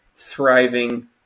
Thriving